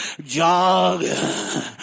Jog